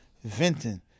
Venting